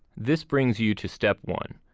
this brings you to step one.